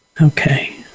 Okay